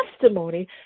testimony